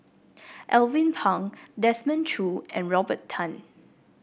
Alvin Pang Desmond Choo and Robert Tan